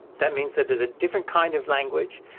that means that there's a different kind of language,